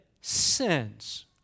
sins